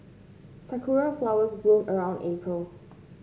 sakura flowers bloom around April